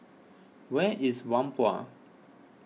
where is Whampoa